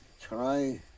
try